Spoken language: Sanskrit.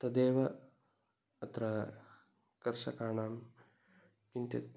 तदेव अत्र कर्षकाणां किञ्चित्